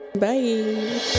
Bye